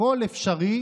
הכול אפשרי